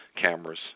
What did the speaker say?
cameras